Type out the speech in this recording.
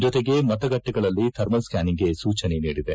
ಜೊತೆಗೆ ಮತಗಟ್ಟೆಗಳಲ್ಲಿ ಥರ್ಮಲ್ ಸ್ಟಾನಿಂಗ್ಗೆ ಸೂಚನೆ ನೀಡಿದೆ